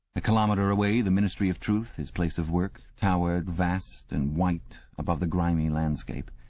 a kilometre away the ministry of truth, his place of work, towered vast and white above the grimy landscape.